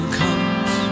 comes